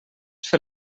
fer